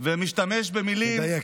ומשתמש במילים, תדייק.